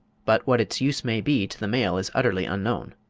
but what its use may be to the male is utterly unknown.